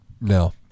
No